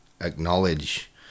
acknowledge